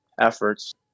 efforts